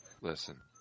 listen